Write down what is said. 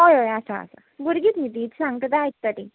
हय हय आसा आसा भुरगींच न्ही ती सांगता तें आयकता ती